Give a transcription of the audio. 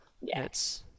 Yes